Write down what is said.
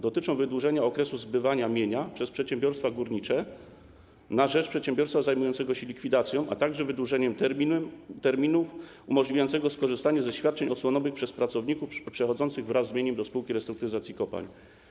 Dotyczą one wydłużenia okresu zbywania mienia przez przedsiębiorstwa górnicze na rzecz przedsiębiorstwa zajmującego się likwidacją, a także wydłużenia terminu umożliwiającego skorzystanie ze świadczeń osłonowych przez pracowników przechodzących wraz z mieniem do Spółki Restrukturyzacji Kopalń.